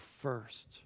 first